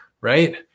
right